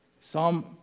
Psalm